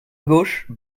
gauche